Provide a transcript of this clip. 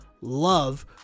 love